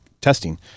testing